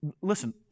Listen